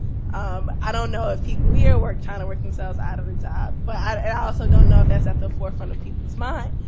um i don't know if people here are trying to work themselves out of a job, but i also don't know if that's at the forefront of people's mind.